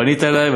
פנית אלי,